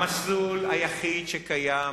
המסלול היחיד שקיים